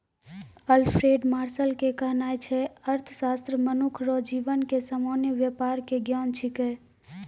Alfred Marshall के कहनाय छै अर्थशास्त्र मनुख रो जीवन के सामान्य वेपार के ज्ञान छिकै